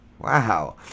Wow